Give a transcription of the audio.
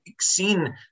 seen